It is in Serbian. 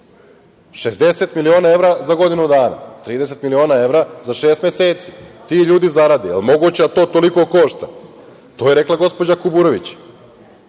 miliona evra za godinu dana, 30 miliona evra za šest meseci, ti ljudi zarade. Da li je moguće, da to toliko košta? To je rekla gospođa Kuburović.